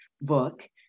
book